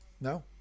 No